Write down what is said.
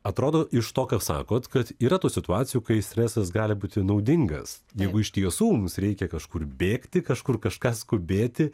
atrodo iš to ką sakot kad yra tų situacijų kai stresas gali būti naudingas jeigu iš tiesų mums reikia kažkur bėgti kažkur kažką skubėti